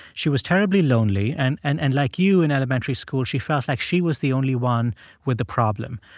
she was terribly lonely, and and and like you in elementary school, she felt like she was the only one with the problem.